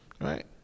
right